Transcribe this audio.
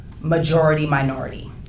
majority-minority